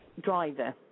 Driver